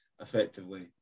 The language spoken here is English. effectively